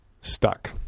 stuck